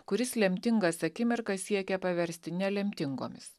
kuris lemtingas akimirkas siekia paversti ne lemtingomis